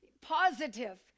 positive